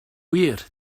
wir